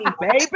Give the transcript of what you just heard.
baby